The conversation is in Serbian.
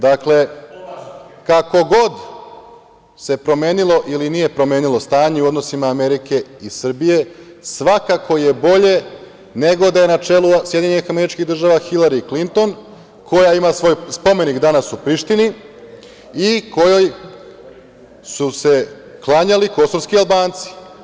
Dakle, kako god se promenilo ili nije promenilo stanje u odnosima Amerike i Srbije, svakako je bolje nego da je na čelu SAD Hilari Klinton koja ima svoj spomenik danas u Prištini i kojoj su se klanjali kosovski Albanci.